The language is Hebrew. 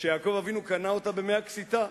שיעקב אבינו קנה אותה ב-100 קשיטה,